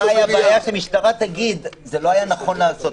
מה הייתה הבעיה שהמשטרה תגיד: זה לא היה נכון לעשות.